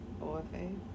OFA